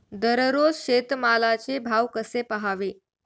दररोज शेतमालाचे भाव कसे पहावे?